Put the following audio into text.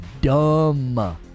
dumb